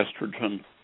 estrogen